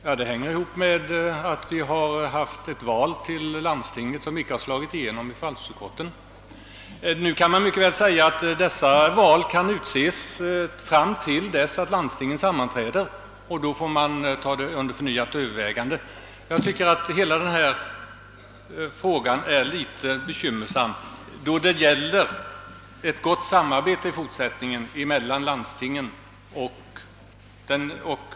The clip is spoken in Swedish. Detta hänger ihop med att vi har haft ett val till landstingen som inte har slagit igenom i förvaltningsutskotten. Nu kan man mycket väl säga att dessa val kan företas fram till dess att landstingen sammanträder, och då får man ta det under förnyat övervägande. Jag tycker att hela denna sak är litet bekymmersam, eftersom det här är fråga om ett gott samarbete i fortsättningen mellan landstingen och jordbruksdepartementet.